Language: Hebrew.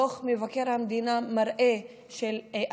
דוח מבקר המדינה של 2017 מראה שרק